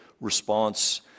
response